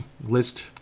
list